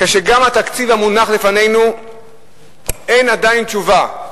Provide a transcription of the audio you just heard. כשגם בתקציב המונח לפנינו אין עדיין תשובה,